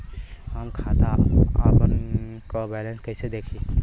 हम आपन खाता क बैलेंस कईसे देखी?